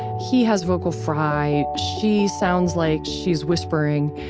he has vocal fry, she sounds like she's whispering.